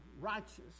righteous